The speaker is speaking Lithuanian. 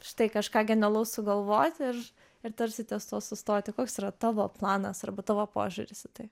štai kažką genialaus sugalvoti ir ir tarsi ties tuo sustoti koks yra tavo planas arba tavo požiūris į tai